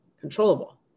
controllable